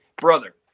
brother